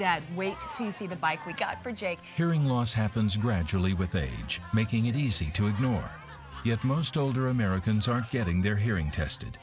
dad wait to see the bike we got for jake hearing loss happens gradually with age making it easy to ignore yet most older americans aren't getting their hearing tested